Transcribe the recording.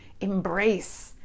embrace